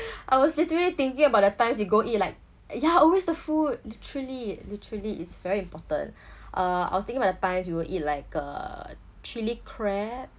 I was literally thinking about the times we go eat like ya always the food literally literally it's very important uh I was thinking about the times we will eat like uh chili crab